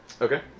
Okay